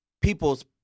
people's